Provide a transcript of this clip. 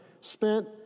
spent